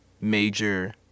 major